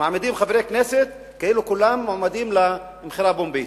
מעמידים חברי כנסת כאילו כולם עומדים למכירה פומבית.